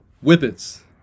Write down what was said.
Whippets